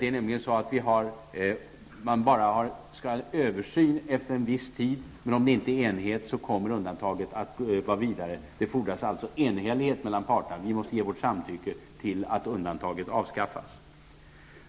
Det är nämligen så att man skall ha en översyn efter en viss tid, men om det inte råder enighet kommer undantaget att fortsätta att gälla. Det fordras alltså enhällighet mellan parterna. Vi måste ge vårt samtycke till att undantaget avskaffas.